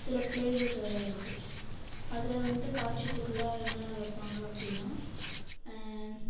சில பிளேஸஸ் அதெலாம் இருக்குது அதில் வந்து காட்சிப் பொருளாக என்ன என்ன வைப்பாங்க அப்படின்னா